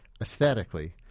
aesthetically –